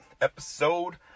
episode